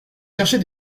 chercher